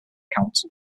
council